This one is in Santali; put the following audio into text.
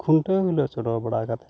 ᱠᱷᱩᱱᱴᱟᱹᱣ ᱦᱤᱞᱳᱹ ᱪᱚᱰᱚᱨ ᱵᱟᱲᱟ ᱠᱟᱛᱮ